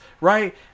right